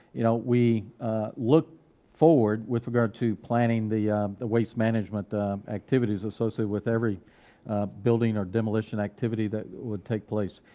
you know, we look forward with regard to planning the the waste management activities associated with every building, or demolition activity that would take place.